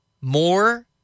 more